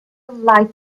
light